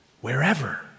wherever